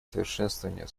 совершенствование